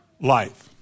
life